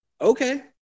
okay